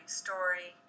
story